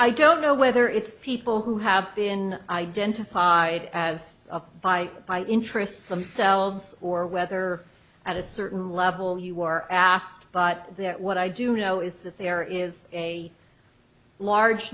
i don't know whether it's people who have been identified as by by interests themselves or whether at a certain level you are asked but what i do know is that there is a large